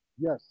Yes